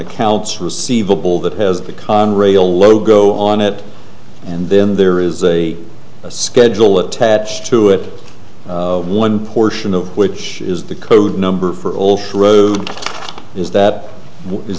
accounts receivable that has the conrail logo on it and then there is a schedule attached to it one portion of which is the code number for all three is that is